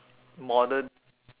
modern